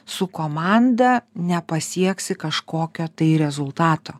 su komanda nepasieksi kažkokio rezultato